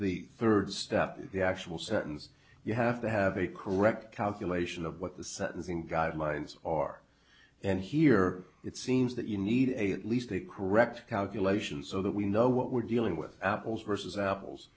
the third step in the actual sentence you have to have a correct calculation of what the sentencing guidelines are and here it seems that you need a least a correct calculation so that we know what we're dealing with apples versus apples